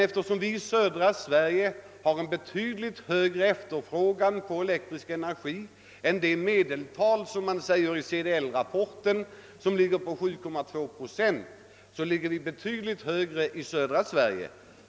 Eftersom vi i södra Sverige har en betydligt högre efterfrågan på elektrisk energi än det medeltal, som framgår av CDL-rapporten och som ligger på 7,2 procent, rör vi oss med en betydligt högre siffra i södra Sverige.